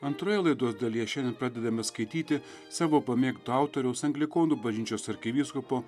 antroje laidos dalyje šiandien pradedame skaityti savo pamėgto autoriaus anglikonų bažnyčios arkivyskupo